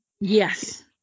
Yes